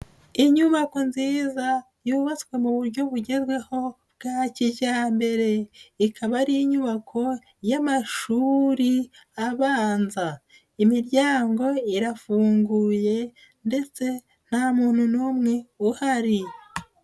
Inyubako nziza yubatswe mu buryo bugezweho bwa kijyambere, ikaba ari inyubako y'amashuri abanza, imiryango irafunguye ndetse nta muntu n'umwe uhari.